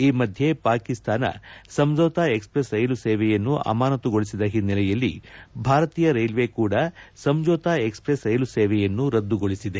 ಈ ಮಧ್ಯೆ Pakistan Samjhauta express ರೈಲು ಸೇವೆಯನ್ನು ಅಮಾನತುಗೊಳಿಸಿದ ಹಿನ್ನೆಲೆಯಲ್ಲಿ ಭಾರತೀಯ ರೈಲ್ವೆಕೂಡ ಸಂಜೋತಾ ಎಕ್ಸ್ ಪ್ರೆಸ್ ರೈಲು ಸೇವೆಯನ್ನು ರದ್ದುಗೊಳಿಸಿದೆ